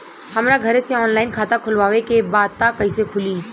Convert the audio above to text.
हमरा घरे से ऑनलाइन खाता खोलवावे के बा त कइसे खुली?